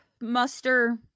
muster